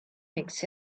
makes